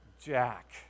Jack